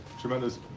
tremendous